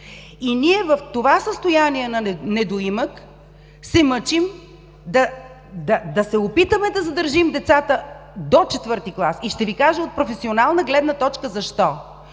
И ние, в това състояние на недоимък, се мъчим да се опитаме да задържим децата до четвърти клас. Ще Ви кажа от професионална гледна точка защо.